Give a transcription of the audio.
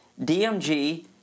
DMG